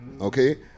okay